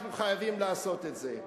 אנחנו חייבים לעשות את זה.